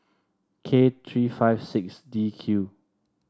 K three five six D Q